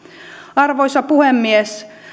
arvoisa puhemies